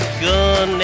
gun